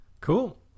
Cool